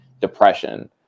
depression